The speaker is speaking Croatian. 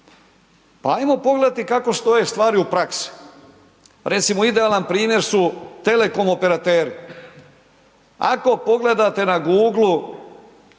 Pa hajmo pogledati kako stoje stvari u praksi. Recimo, idealan primjer su telekom operateri. Ako pogledate na Google-u,